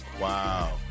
Wow